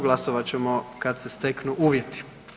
Glasovat ćemo kada se steknu uvjeti.